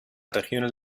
regiones